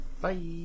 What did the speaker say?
Bye